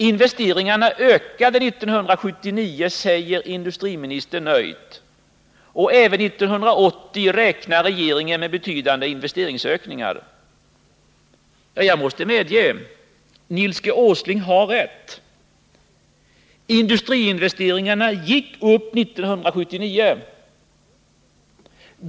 Investeringarna ökade 1979, säger industriministern nöjt. Även för 1980 räknar regeringen med betydande investeringsökningar. Jag måste medge att Nils G. Åsling har rätt. Investeringarna gick upp 1979.